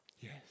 yes